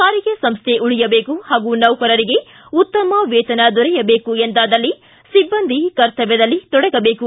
ಸಾರಿಗೆ ಸಂಸ್ವೆ ಉಳಿಯಬೇಕು ಹಾಗೂ ನೌಕರರಿಗೆ ಉತ್ತಮ ವೇತನ ದೊರೆಯಬೇಕು ಎಂದಾದಲ್ಲಿ ಸಿಬ್ಬಂದಿ ಕರ್ತವ್ಯದಲ್ಲಿ ತೊಡಗಬೇಕು